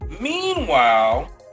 Meanwhile